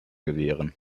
gewähren